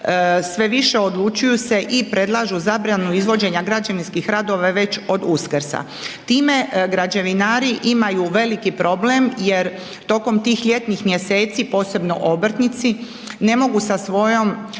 sve više odlučuju se i predlažu zabranu izvođenja građevinskih radova već od Uskrsa. Time građevinari imaju veliki problem jer tokom tih ljetnih mjeseci, posebno obrtnici ne mogu sa svojom